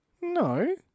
No